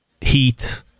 heat